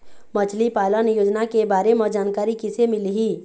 मछली पालन योजना के बारे म जानकारी किसे मिलही?